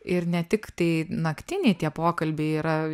ir ne tiktai naktiniai tie pokalbiai yra